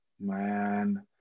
Man